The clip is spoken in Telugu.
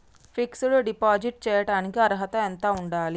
ఫిక్స్ డ్ డిపాజిట్ చేయటానికి అర్హత ఎంత ఉండాలి?